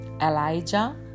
Elijah